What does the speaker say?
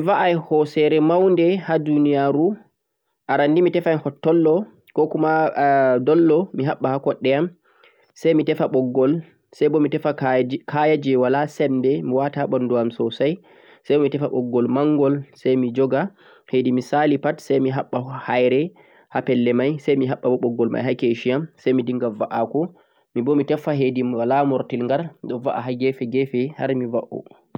Tomi vad'ai hosere maude ha duniyaru, aran nii mi tefan hottollo ko kuma dollo mi habɓa ha koɗɗe'am sai mi tefa ɓoggol sai bo mi tefa kaya je wala sembe mi wata ha ɓandu'am sosai mi tefa ɓoggol maungol sai mi joga. Hedi mi Sali pat sai mi habɓa haire ha pelle mai saibo mi habɓa ɓoggol mai ha keshi'am sai midinga vad'ako saibo mi tefan hedi wala murtingal mi vad'a ha gefe-gefe har mi vad'o.